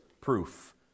proof